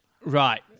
Right